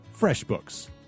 FreshBooks